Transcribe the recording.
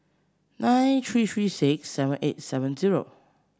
nine three three six seven eight seven zero